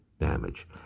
damage